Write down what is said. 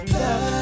love